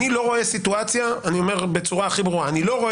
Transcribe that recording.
אני אומר בצורה הכי ברורה: אני לא רואה